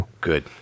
Good